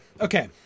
okay